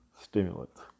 stimulants